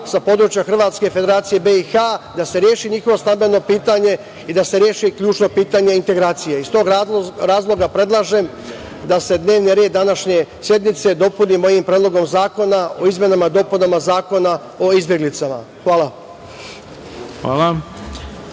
sa područja Hrvatske i Federacije BiH, da se reši njihovo stambeno pitanje i da se reši ključno pitanje integracije. Iz tog razloga predlažem da se dnevni red današnje sednice dopuni mojim Predlogom zakona o izmenama i dopunama Zakona o izbeglicama. Hvala.